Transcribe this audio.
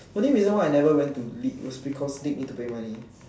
the only reason why I never go to league was because league need to pay money